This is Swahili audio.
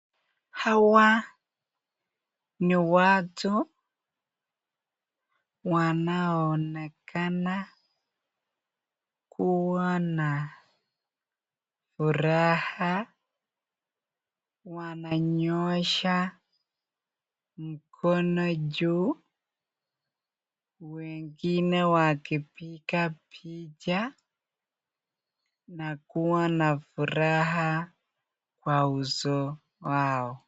Hawa ni watu wanoonekana kuwa na furaha wananyosha mkono juu wengine wakipika picha na kuwa na furaha Kwa uso zao.